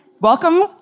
welcome